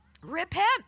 Repent